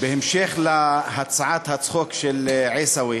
בהמשך להצעת הצחוק של עיסאווי,